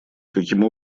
каким